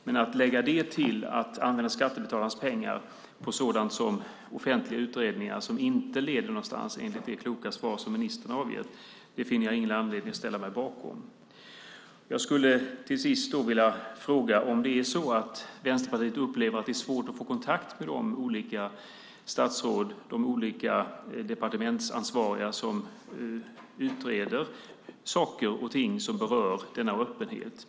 Men att lägga det till att använda skattebetalarnas pengar på sådant som offentliga utredningar som inte leder någonstans, enligt det kloka svar som ministern har avgett, finner jag ingen anledning att ställa mig bakom. Upplever Vänsterpartiet att det är svårt att få kontakt med de olika statsråd och departementsansvariga som utreder saker och ting som berör denna öppenhet?